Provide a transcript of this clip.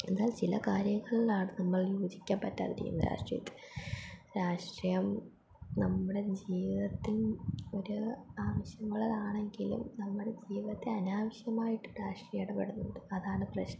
എന്നാൽ ചില കാര്യങ്ങളിലാണ് നമ്മൾ യോജിക്കാൻ പറ്റാതിരിക്കുന്നത് രാഷ്ട്രീയത്തെ രാഷ്ട്രീയം നമ്മുടെ ജീവിതത്തിൽ ഒരു ആവശ്യങ്ങൾ അതാണെങ്കിലും നമ്മുടെ ജീവിത്തെ അനാവശ്യമായിട്ട് രാഷ്ട്രീയം ഇടപെടുന്നുണ്ട് അതാണ് പ്രശ്നം